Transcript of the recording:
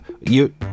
You-